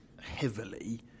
heavily